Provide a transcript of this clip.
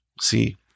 See